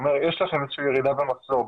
זה אומר שיש להם ירידה במחזור,